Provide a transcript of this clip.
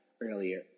earlier